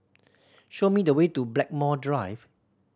show me the way to Blackmore Drive